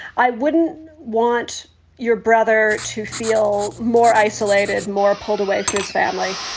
i wouldn't want your brother to feel more isolated, more pulled away from his family.